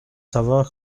savoir